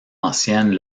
anciennes